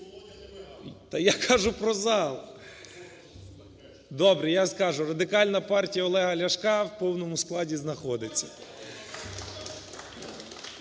зал. (Шум у залі) Добре, я скажу: Радикальна партія Олега Ляшка у повному складі знаходиться.